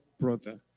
brother